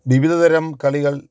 വിവിധ തരം കളികൾ